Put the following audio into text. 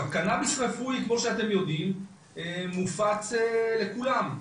קנאביס רפואי, כמו שאתם יודעים, מופץ לכולם,